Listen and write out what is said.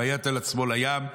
ויט עצמו לים".